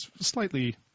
slightly